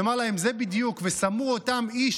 הוא אמר להם: זה בדיוק "ושמו אותם איש